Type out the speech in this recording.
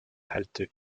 halte